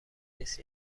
نیست